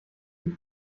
ihm